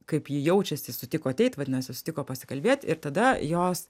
kaip ji jaučiasi sutiko ateit vadinasi sutiko pasikalbėt ir tada jos